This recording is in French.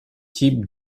types